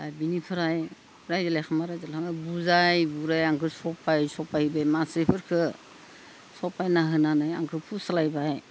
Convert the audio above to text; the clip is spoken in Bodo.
दा बेनिफ्राय रायज्लायखांबा रायज्लाङो बुजाय बुजाय आंखौ सफाय सफाय बे मानसिफोरखौ साफायना होनानै आंखो फुस्लायबाय